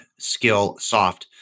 SkillSoft